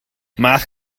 math